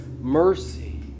mercy